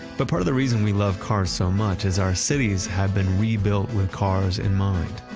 but part of the reason we love cars so much is our cities had been rebuilt with cars in mind.